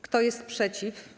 Kto jest przeciw?